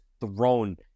thrown